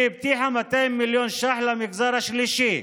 היא הבטיחה 200 מיליון ש"ח למגזר השלישי.